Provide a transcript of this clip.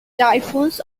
typhoons